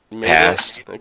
Passed